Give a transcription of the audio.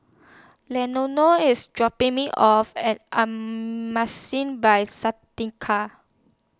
Leonor IS dropping Me off At By Santika